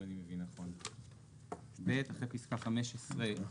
אחרי פסקה (15)